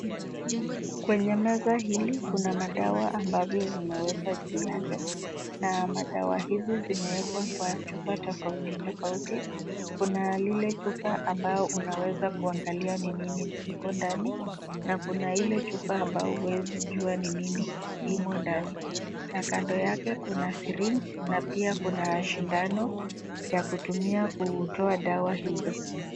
Kwenye meza hili kuna madawa ambavyo zimewekwa juu yake na madawa hizi zimewekwa kwa chupa tofauti tofauti, kuna lile chupa ambayo unaweza kuangalia ni nini iko ndani na kuna chupa ile ambao hauwezi jua ni nini imo ndani na kando yake, kuna syringe na pia kuna shindano ya kutumia kutoa dawa hizo.